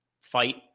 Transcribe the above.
fight